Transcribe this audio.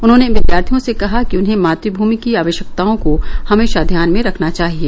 उन्होंने विद्यार्थियों से कहा कि उन्हें मात्मूमि की आवश्यकताओं को हमेशा ध्यान में रखना चाहिए